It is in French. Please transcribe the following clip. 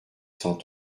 cent